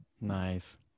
Nice